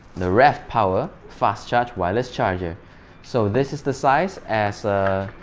the ravpower fast charge wireless charger so this is the size as a